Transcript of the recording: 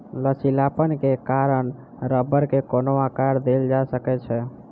लचीलापन के कारण रबड़ के कोनो आकर देल जा सकै छै